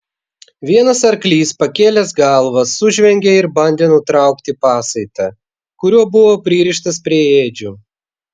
vienas arklys pakėlęs galvą sužvengė ir bandė nutraukti pasaitą kuriuo buvo pririštas prie ėdžių